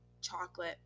chocolate